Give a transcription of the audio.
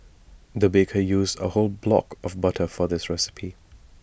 the baker used A whole block of butter for this recipe